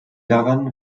daran